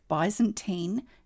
Byzantine